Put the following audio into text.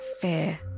fear